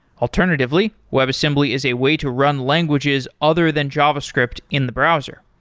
alternatively, webassembly is a way to run languages other than javascript in the browser,